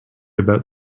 about